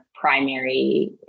primary